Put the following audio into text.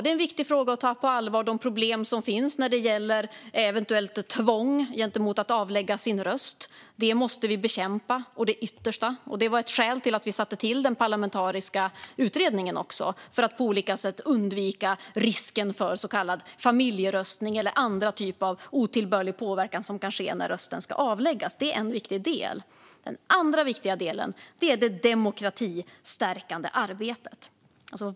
Det är viktigt att ta på allvar de problem som finns när det gäller eventuellt tvång om att avlägga sin röst. Det måste vi bekämpa å det yttersta. Det var ett skäl till att vi tillsatte den parlamentariska utredningen. Det handlar om att på olika sätt undvika risken för så kallad familjeröstning eller andra typer av otillbörlig påverkan som kan ske när rösten ska avlämnas. Det är en viktig del. Den andra viktiga delen är det demokratistärkande arbetet.